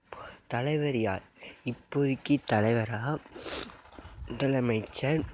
தலைவர் யார் இப்போதைக்கு தலைவராக முதலமைச்சர்